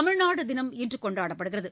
தமிழ்நாடு தினம் இன்று கொண்டாடப்படுகிறது